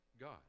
God